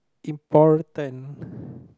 important